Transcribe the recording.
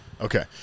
Okay